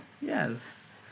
Yes